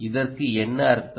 இதற்கு என்ன அர்த்தம்